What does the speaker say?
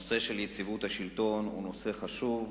הנושא של יציבות השלטון הוא נושא חשוב.